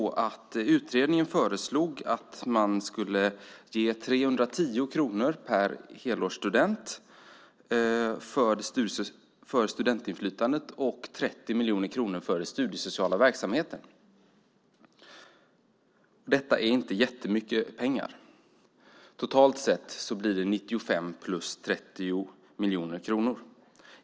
Utredningen föreslog att man skulle ge 310 kronor per helårsstudent till studentinflytandet och 30 miljoner till den studiesociala verksamheten. Det är inte jättemycket pengar. Totalt blir det 95 miljoner plus 30 miljoner kronor.